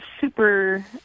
super